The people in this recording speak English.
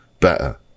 better